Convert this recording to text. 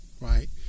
right